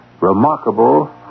remarkable